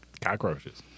cockroaches